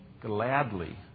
gladly